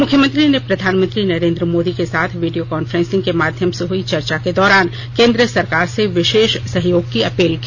मुख्यमंत्री ने प्रधानमंत्री नरेन्द्र मोदी के साथ वीडियो कांफ्रेंसिंग के माध्यम से हुई चर्चा के दौरान केन्द्र सरकार से विषेष सहयोग की अपील की